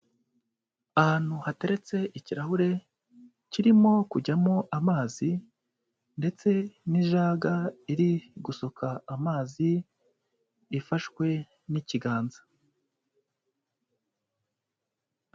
Ahantu hateretse ikirahure, kirimo kujyamo amazi ndetse n'ijaga iri gusuka amazi, ifashwe n'ikiganza.